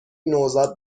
نوزاد